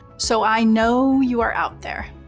so i know you are out there.